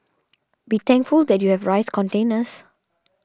be thankful that you have rice containers